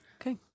Okay